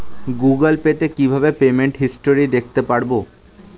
Google Pay তে কিভাবে payment history দেখতে পারবো?